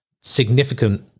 significant